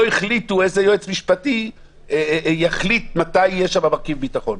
החליטו איזה יועץ משפטי יחליט מתי יהיה שם מרכיב ביטחון.